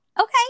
Okay